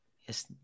yes